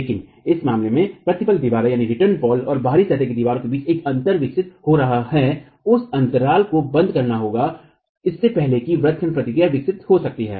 लेकिन इस मामले में प्रतिफल दीवारों और बाहरी सतह की दीवार के बीच एक अंतर विकसित हो रहा है उस अंतराल को बंद करना होगा इससे पहले कि व्रत खंड प्रतिक्रिया विकसित हो सकती है